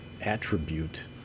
attribute